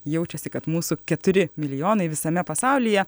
jaučiasi kad mūsų keturi milijonai visame pasaulyje